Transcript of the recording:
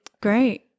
great